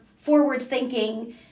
forward-thinking